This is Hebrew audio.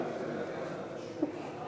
מוותר.